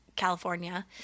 California